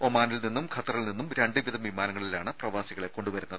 ഒമാനിൽ നിന്നും ഖത്തറിൽ നിന്നും രണ്ട് വീതം വിമാനങ്ങളിലാണ് പ്രവാസികളെ കൊണ്ടുവരുന്നത്